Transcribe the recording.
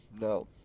No